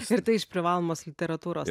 ir tai iš privalomos literatūros